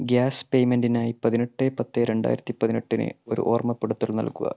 gas പേയ്മെന്റിനായി പതിനെട്ട് പത്ത് രണ്ടായിരത്തി പതിനെട്ടിന് ഒരു ഓർമ്മപ്പെടുത്തൽ നൽകുക